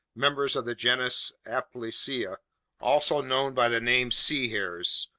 members of the genus aplysia also known by the name sea hares,